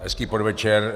Hezký podvečer.